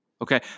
okay